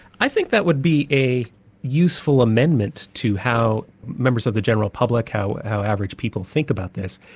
i think that would be a useful amendment to how members of the general public, how how average people think about this,